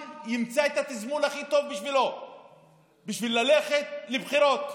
ימצא את התזמון הכי טוב בשבילו ללכת לבחירות.